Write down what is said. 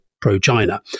pro-China